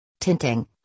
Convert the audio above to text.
Tinting